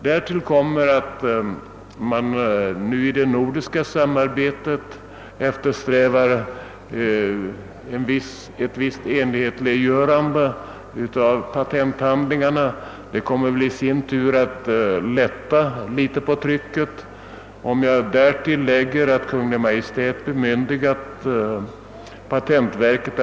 Därtill kommer att man eftersträvar ett visst förenhetligande av det nordiska samarbetet beträffande patenthandlingar, vilket i sin tur kommer att lätta något på trycket.